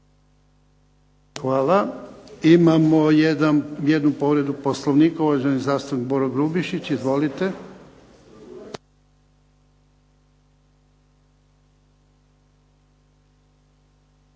Hvala. Imamo jednu povredu Poslovnika, uvaženi zastupnik Boro Grubišić. Izvolite.